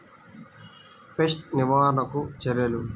Pest నివారణకు చర్యలు?